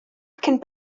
cyn